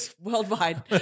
Worldwide